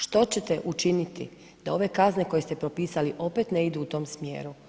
Što ćete učiniti da ove kazne koje ste propisali opet ne idu u tom smjeru?